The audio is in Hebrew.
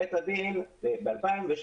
בית הדין ב-2016